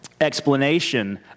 explanation